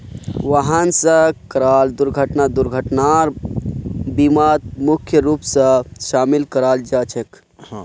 वाहन स कराल दुर्घटना दुर्घटनार बीमात मुख्य रूप स शामिल कराल जा छेक